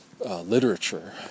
Literature